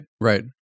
right